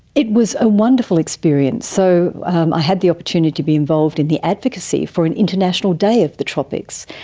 it was a wonderful experience. so i had the opportunity to be involved in the advocacy for an international day of the tropics,